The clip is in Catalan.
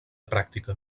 pràctica